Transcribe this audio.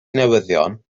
newyddion